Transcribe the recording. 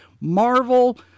Marvel